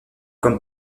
comme